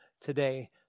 today